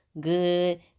good